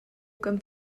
kan